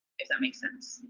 if that makes sense.